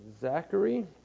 Zachary